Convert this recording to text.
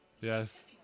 yes